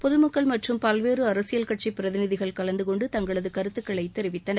பொதுமக்கள் மற்றும் பல்வேறு அரசியல் கட்சி பிரதிநிதிகள் கலந்துகொண்டு தங்களது கருத்துக்களை தெரிவித்தனர்